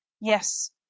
Yes